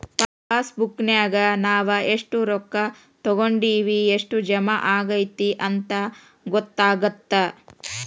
ಪಾಸಬುಕ್ನ್ಯಾಗ ನಾವ ಎಷ್ಟ ರೊಕ್ಕಾ ತೊಕ್ಕೊಂಡಿವಿ ಎಷ್ಟ್ ಜಮಾ ಆಗೈತಿ ಅಂತ ಗೊತ್ತಾಗತ್ತ